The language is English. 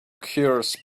cures